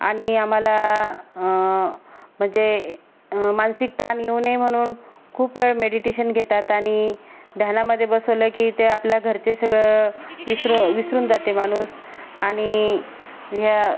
आणि आम्हाला म्हणजे मानसिक ताण येऊ नये म्हणून खूप वेळ मेडिटेशन घेतात आणि ध्यानामधे बसवलं की ते आपल्या घरचं सगळं विसरू विसरून जाते माणूस आणि ह्या